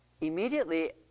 immediately